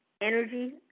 energy